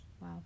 Wow